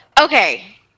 Okay